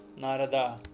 Narada